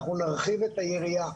אנחנו נרחיב את היריעה,